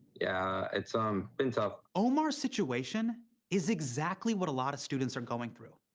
yeah, it's um been tough. omar's situation is exactly what a lot of students are going through.